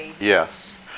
Yes